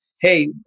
Hey